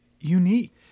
unique